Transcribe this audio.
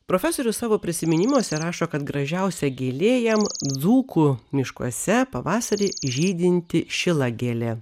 profesorius savo prisiminimuose rašo kad gražiausia gėlė jam dzūkų miškuose pavasarį žydinti šilagėlė